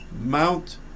Mount